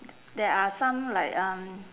there are some like um